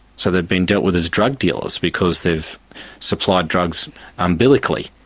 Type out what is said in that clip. so they've been dealt with as drug dealers because they've supplied drugs umbilically.